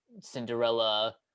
Cinderella